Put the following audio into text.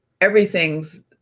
everything's